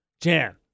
jan